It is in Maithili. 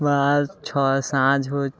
पाँच छओ साँझ होयत